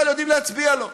אבל יודעים להצביע לו.